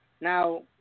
Now